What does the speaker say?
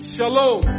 Shalom